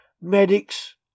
medics